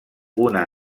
una